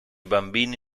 bambini